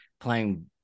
playing –